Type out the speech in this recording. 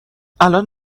الان